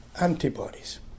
antibodies